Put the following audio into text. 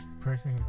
person